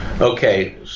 Okay